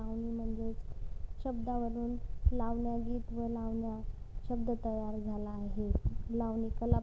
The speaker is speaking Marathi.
लावणी म्हणजेच शब्दावरून लावण्या गीत व लावण्या शब्द तयार झाला आहे लावणी कला प्रसंग